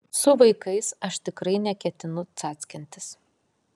su vaikais aš tikrai neketinu cackintis